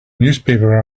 newspaper